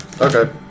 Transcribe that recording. Okay